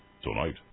Tonight